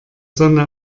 sonne